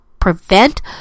prevent